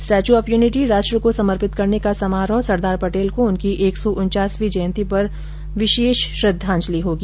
statue of Unity राष्ट्र को समर्पित करने का समारोह सरदार पटेल को उनकी एक सौ उनचासवीं जयंती पर विशेष श्रद्दाजलि होगी